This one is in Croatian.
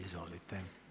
Izvolite.